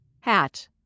hat